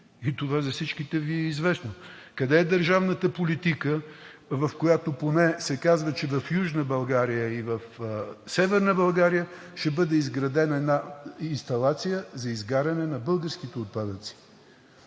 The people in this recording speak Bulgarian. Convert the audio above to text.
Това на всички Ви е известно. Къде е държавната политика, в която поне се казва, че в Южна и в Северна България ще бъде изградена една инсталация за изгаряне на българските отпадъци?